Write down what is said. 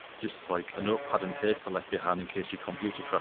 just like a notepad and paper left behind in case your computer